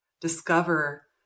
discover